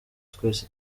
twese